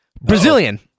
Brazilian